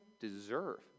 deserve